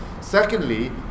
Secondly